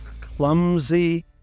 clumsy